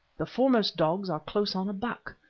the foremost dogs are close on a buck.